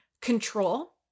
control